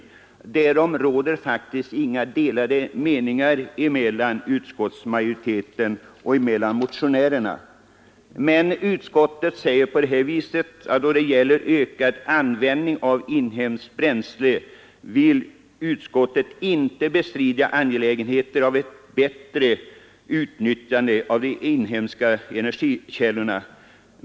Därom råder inga delade meningar mellan utskottsmajoriteten och motionärerna. ”Vad först angår frågan om ökad användning av inhemska bränslen vill utskottet inte bestrida angelägenheten av ett bättre utnyttjande av de inhemska energikällorna.